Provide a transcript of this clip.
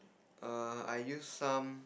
err I use some